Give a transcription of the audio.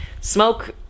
smoke